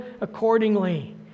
accordingly